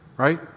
Right